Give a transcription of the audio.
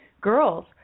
Girls